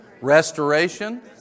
restoration